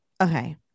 okay